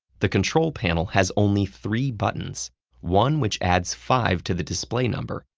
the control panel has only three buttons one which adds five to the display number,